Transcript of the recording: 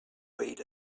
wait